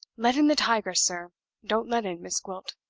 let in the tigress, sir don't let in miss gwilt!